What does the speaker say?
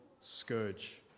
scourge